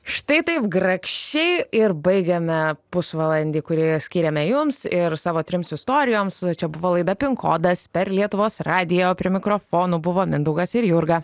štai taip grakščiai ir baigiame pusvalandį kurį skyrėme jums ir savo trims istorijoms čia buvo laida pinkodas per lietuvos radijo prie mikrofono buvo mindaugas ir jurga